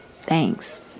Thanks